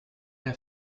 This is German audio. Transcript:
der